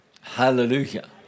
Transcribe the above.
Hallelujah